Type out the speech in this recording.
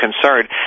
concerned